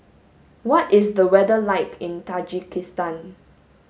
what is the weather like in Tajikistan